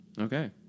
Okay